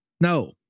No